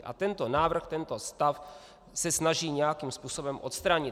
A tento návrh se tento stav snaží nějakým způsobem odstranit.